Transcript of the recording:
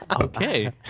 Okay